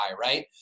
right